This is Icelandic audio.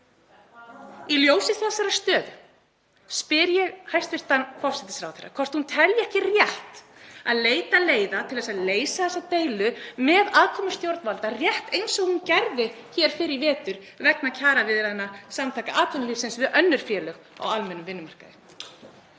Í ljósi þessarar stöðu spyr ég hæstv. forsætisráðherra hvort hún telji ekki rétt að leita leiða til að leysa þessa deilu með aðkomu stjórnvalda, rétt eins og hún gerði hér fyrr í vetur vegna kjaraviðræðna Samtaka atvinnulífsins við önnur félög á almennum vinnumarkaði.